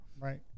Right